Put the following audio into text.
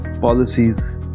policies